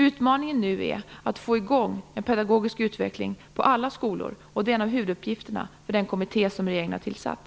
Utmaningen nu är att få i gång en pedagogisk utveckling på alla skolor. Det är en av huvuduppgifterna i den kommitté som regeringen har tillsatt.